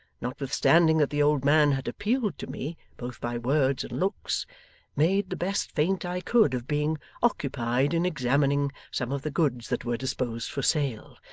notwithstanding that the old man had appealed to me, both by words and looks made the best feint i could of being occupied in examining some of the goods that were disposed for sale,